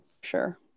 Sure